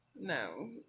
No